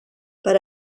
per